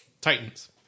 Titans